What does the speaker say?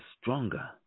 stronger